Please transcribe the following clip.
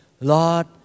Lord